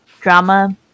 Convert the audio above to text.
drama